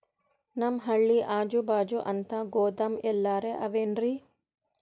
ನಮ್ ಹಳ್ಳಿ ಅಜುಬಾಜು ಅಂತ ಗೋದಾಮ ಎಲ್ಲರೆ ಅವೇನ್ರಿ?